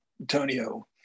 Antonio